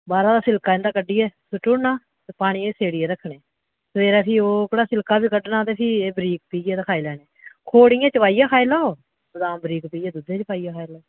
बाह्रा दा शिलका इं'दा कड्ढियै सुट्टी ओड़ना ते पनियै च सेड़ियै रक्खने सवेरे फ्ही ओह् ओह्का शिलका बी कड्ढना ते फ्ही एह् बरीक पीह्यै ते खाई लैने खोड़ इ'यां चबाइयै खाई लैओ बदाम बरीक पीह्यै दुद्धै च पाइयै खाई लैओ